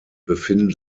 befinden